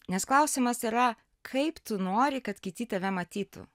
nes klausimas yra kaip tu nori kad kiti tave matytų